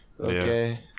okay